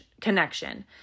connection